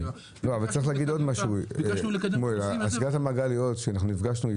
וביקשנו לקדם --- סגירת המעגל היא שנפגשנו עם